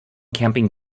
camping